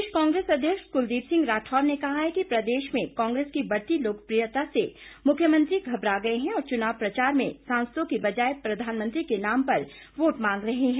प्रदेश कांग्रेस अध्यक्ष कुलदीप सिंह राठौर ने कहा है कि प्रदेश में कांग्रेस की बढ़ती लोकप्रियता से मुख्यमंत्री घबरा गए है और चुनाव प्रचार में सांसदों की बजाए प्रधानमंत्री के नाम पर वोट मांग रहे है